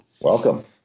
Welcome